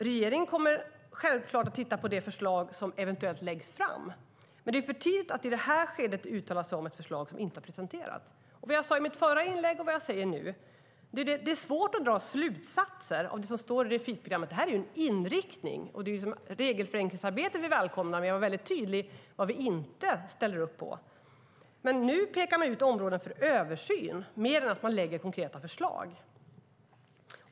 Regeringen kommer självfallet att titta på det förslag som eventuellt läggs fram, men det är för tidigt att i det här skedet uttala sig om ett förslag som inte har presenterats. Som jag sade i mitt förra inlägg och som jag säger nu: Det är svårt att dra slutsatser av det som står i Refit-programmet. Det är en inriktning, och det är ett regelförenklingsarbete som vi välkomnar. Jag var mycket tydlig med vad vi inte ställer upp på. Nu pekar man ut områden för översyn mer än att man lägger konkreta förslag.